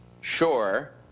sure